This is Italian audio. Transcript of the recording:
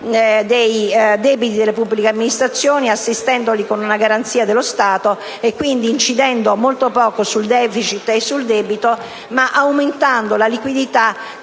dei debiti delle pubbliche amministrazioni assistendoli con una garanzia dello Stato e quindi incidendo molto poco sul *deficit* e sul debito, ma aumentando la liquidità